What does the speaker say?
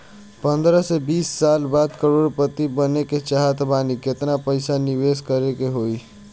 पंद्रह से बीस साल बाद करोड़ पति बने के चाहता बानी केतना पइसा निवेस करे के होई?